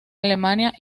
alemania